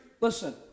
listen